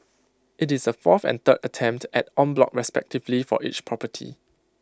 IT is the fourth and third attempt at en bloc western stiffly for each property